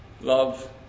love